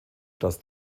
dass